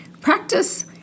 practice